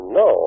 no